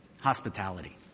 Hospitality